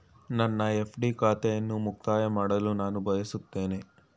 ನನ್ನ ಎಫ್.ಡಿ ಖಾತೆಯನ್ನು ಮುಕ್ತಾಯ ಮಾಡಲು ನಾನು ಬಯಸುತ್ತೇನೆ